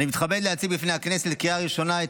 אני מתכבד להציג בפני הכנסת לקריאה ראשונה את